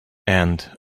and